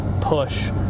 push